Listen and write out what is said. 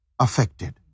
affected